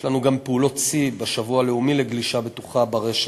יש לנו גם פעולות שיא בשבוע הלאומי לגלישה בטוחה ברשת,